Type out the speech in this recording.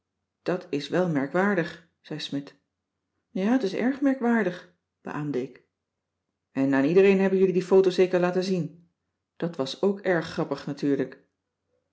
dat is wel merkwaardig zei smidt ja t is erg merkwaardig beaamde ik en aan iedereen heb jullie die foto zeker laten zien dat was ook erg grappig natuurlijk